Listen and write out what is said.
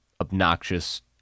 obnoxious